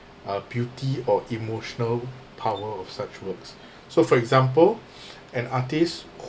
uh beauty or emotional power of such works so for example an artist